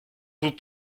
vous